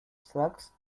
slugs